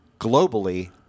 globally